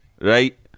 right